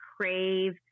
crave